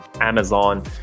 Amazon